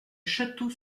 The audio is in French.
château